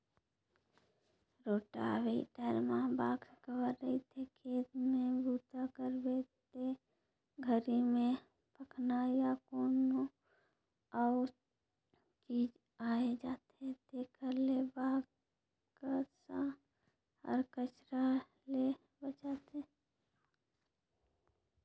rotavator म box cover रहिथे, खेत में बूता करबे ते घरी में पखना या कोनो अउ चीज आये जाथे तेखर ले बक्सा हर कचरा ले बचाथे